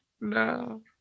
No